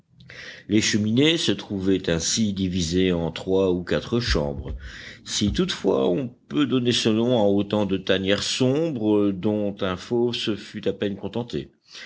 les cheminées se trouvaient ainsi divisées en trois ou quatre chambres si toutefois on peut donner ce nom à autant de tanières sombres dont un fauve se fût à peine contenté